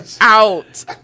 out